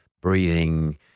breathing